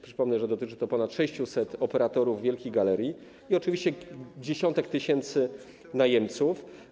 Przypomnę, że dotyczy to ponad 600 operatorów wielkich galerii i oczywiście dziesiątek tysięcy najemców.